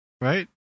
right